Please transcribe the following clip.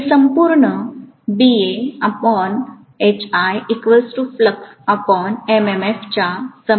हे संपूर्ण च्या समान आहे